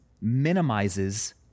minimizes